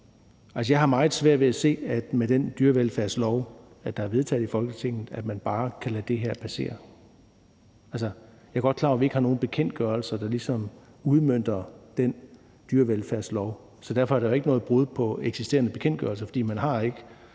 Jeg har meget svært ved at se, at man med den dyrevelfærdslov, der er vedtaget i Folketinget, bare kan lade det her passere. Jeg er godt klar over, at vi ikke har nogen bekendtgørelser, der ligesom udmønter den dyrevelfærdslov, så derfor er der ikke noget brud på eksisterende bekendtgørelser. For man er ikke